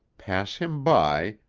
pass him by,